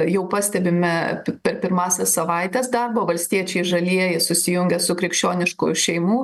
jau pastebime per pirmąsias savaites darbo valstiečiai žalieji susijungė su krikščioniškų šeimų